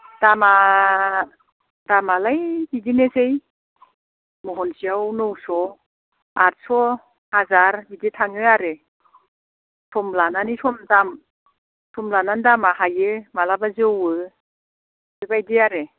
दामआ दामआलाय बिदिनोसै महनसेयाव नौस' आठस' हाजार इदि थाङो आरो सम लानानै सम दाम सम लानानै दामआ हायो माब्लाबा जौओ बेबायदि आरो